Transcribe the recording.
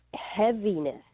heaviness